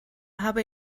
habe